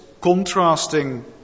contrasting